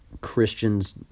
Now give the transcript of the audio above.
Christians